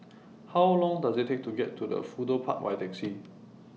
How Long Does IT Take to get to Fudu Park By Taxi